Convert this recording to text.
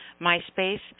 MySpace